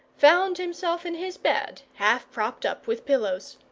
found himself in his bed, half propped up with pillows.